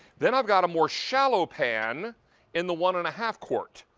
then i've got a more shallow pan in the one and a half quart,